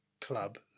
Club